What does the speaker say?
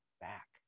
back